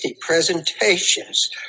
presentations